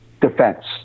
defense